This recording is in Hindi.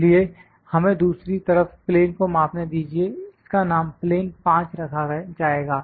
इसलिए हमें दूसरी तरफ प्लेन को मापने दीजिए इसका नाम प्लेन पांच रखा जाएगा